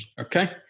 Okay